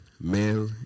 male